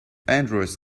androids